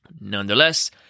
Nonetheless